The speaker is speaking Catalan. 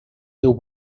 teu